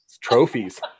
trophies